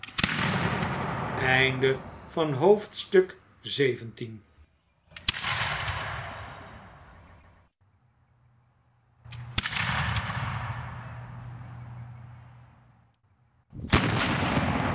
bewoners van het